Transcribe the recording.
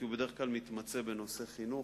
כי בדרך כלל הוא מתמצא בנושאי חינוך,